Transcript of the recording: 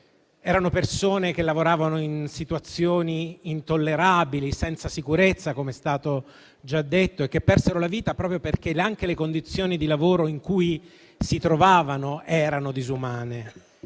Erano persone che lavoravano in situazioni intollerabili, senza sicurezza - come è stato già detto - e che persero la vita proprio perché le condizioni di lavoro in cui si trovavano erano disumane.